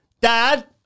Dad